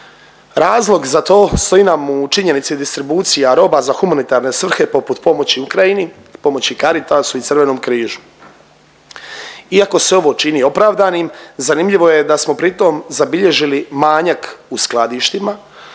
Razlog za to stoji nam u činjenici distribucija roba za humanitarne svrhe poput pomoći Ukrajini, pomoći Caritasu i Crvenom križu. Iako se ovo čini opravdanim, zanimljivo je da smo pri tom zabilježili manjak u skladištima.